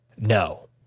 no